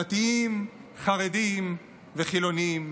דתיים, חרדים וחילונים,